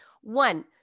One